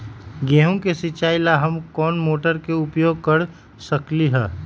गेंहू के सिचाई ला हम कोंन मोटर के उपयोग कर सकली ह?